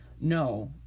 no